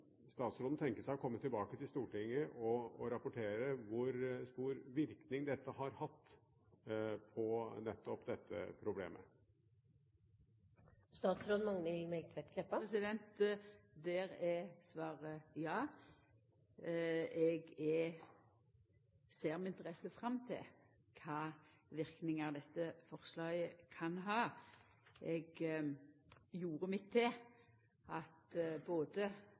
statsråden tenke seg å komme tilbake til Stortinget og rapportere om hvor stor virkning dette har hatt på nettopp dette problemet? Der er svaret ja. Eg ser med interesse fram til kva for verknad dette forslaget kan ha. Eg gjorde mitt for at